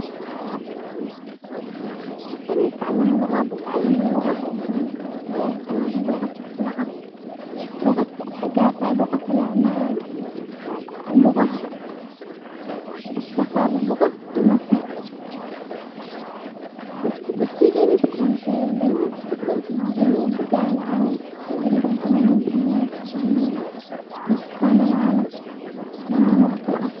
يمكنتي تعلم لغة بتعلم اللغة الانجليزية لانها لغة العصر، لغة الثقافة، لغة الاعمال، اللغة السفر، اللغة كل مكان بس كنت - بتفيد بكل شي لنها تستخدم في جميع بقاع العالم تقريبا ثمانين بالمئة يستخدموها من سكان العالم لانها لغة العصر.